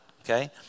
Okay